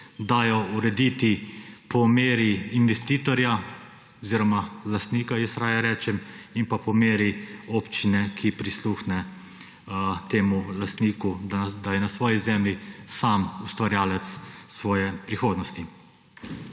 dajo urediti po meri investitorja, oziroma lastnika jaz raje rečem, in pa po meri občine, ki prisluhne temu lastniku, da je na svoji zemlji sam ustvarjalec svoje prihodnosti.